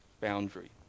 boundary